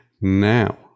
now